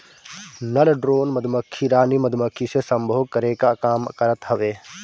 नर ड्रोन मधुमक्खी रानी मधुमक्खी से सम्भोग करे कअ काम करत हवे